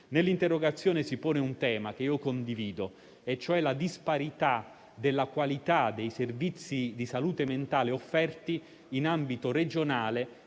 Nell'interrogazione si pone un tema che condivido e cioè quello della disparità della qualità dei servizi di salute mentale offerti in ambito regionale